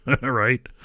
right